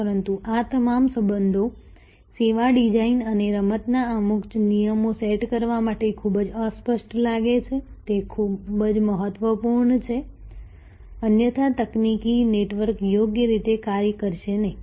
પરંતુ આ તમામ સંબંધો સેવા ડિઝાઇન અને રમતના અમુક નિયમો સેટ કરવા માટે ખૂબ જ અસ્પષ્ટ લાગે છે તે ખૂબ જ મહત્વપૂર્ણ છે અન્યથા તકનીકી નેટવર્ક યોગ્ય રીતે કાર્ય કરશે નહીં